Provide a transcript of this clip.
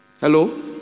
hello